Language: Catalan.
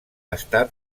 estat